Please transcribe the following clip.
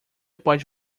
pode